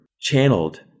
channeled